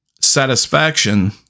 satisfaction